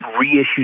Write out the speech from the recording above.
reissued